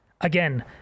Again